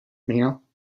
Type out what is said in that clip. meal